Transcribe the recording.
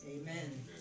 Amen